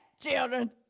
children